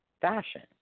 fashion